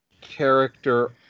character